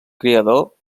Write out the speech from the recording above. creador